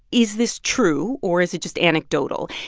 is this true or is it just anecdotal?